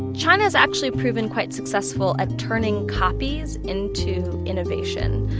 china's actually proven quite successful at turning copies into innovation.